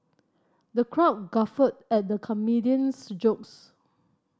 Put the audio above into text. the crowd guffawed at the comedian's jokes